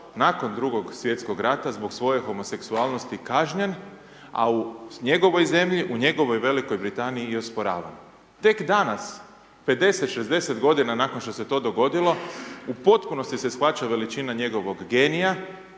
nakon drugog svjetskog rata, zbog svoje homoseksualnosti kažnjen, a u njegovoj zemlji, u njegovoj Velikoj Britaniji je osporavan. Tek danas 50, 60 godina nakon što se to dogodilo, u potpunosti se shvaća veličina njegovog genija